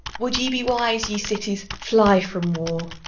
would ye be wise, ye cities, fly from war!